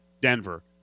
Denver